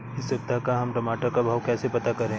इस सप्ताह का हम टमाटर का भाव कैसे पता करें?